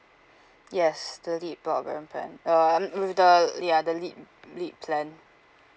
yes the lit broadband plan um with the ya the lit lit plan